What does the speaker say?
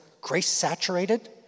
grace-saturated